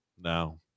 No